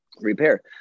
repair